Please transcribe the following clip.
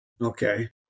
Okay